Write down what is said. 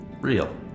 real